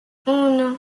uno